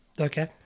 Okay